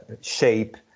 shape